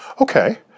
Okay